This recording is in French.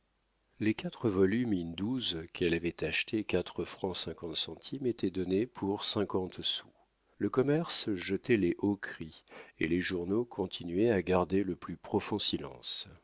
les quatre volumes quelle avait achetés quatre francs cinquante centimes étaient donnés pour cinquante sous le commerce jetait les hauts cris et les journaux continuaient à garder le plus profond silence